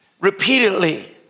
repeatedly